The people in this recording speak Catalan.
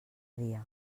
dia